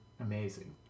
amazing